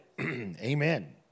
Amen